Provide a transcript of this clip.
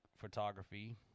photography